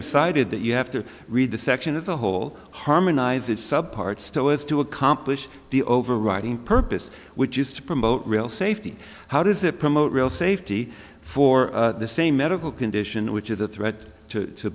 are cited that you have to read the section as a whole harmonizes sub part still is to accomplish the overriding purpose which is to promote real safety how does it promote real safety for the same medical condition which is a threat to t